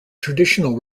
traditional